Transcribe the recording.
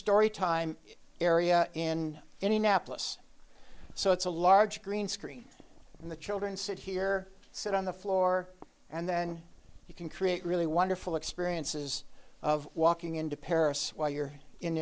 story time area in any nap less so it's a large green screen and the children sit here sit on the floor and then you can create really wonderful experiences of walking into paris while you're in